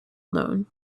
known